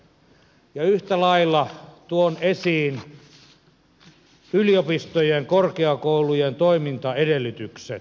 yhtä lailla tuon esiin yliopistojen korkeakoulujen toimintaedellytykset